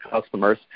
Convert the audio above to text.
customers